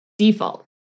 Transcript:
Default